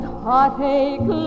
heartache